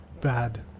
bad